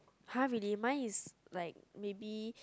!huh! really mine is like maybe